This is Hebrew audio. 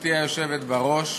גברתי היושבת בראש.